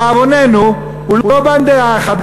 ולדאבוננו הוא לא בא עם דעה אחת,